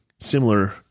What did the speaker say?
Similar